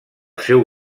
seu